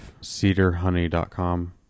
CedarHoney.com